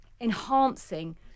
enhancing